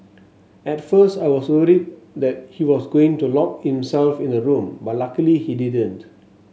at first I was worried that he was going to lock himself in the room but luckily he didn't